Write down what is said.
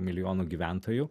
milijonų gyventojų